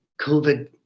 COVID